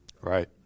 right